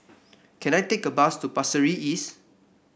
can I take a bus to Pasir Ris East